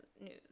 news